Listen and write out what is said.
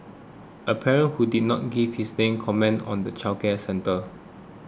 a parent who did not give his name commented on the childcare centre